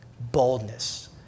Boldness